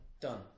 done